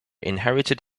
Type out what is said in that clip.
inherited